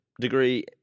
degree